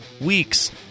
weeks